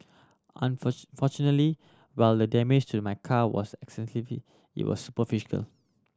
fortunately while the damage to my car was extensively it was superficial